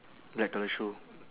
black colour shoe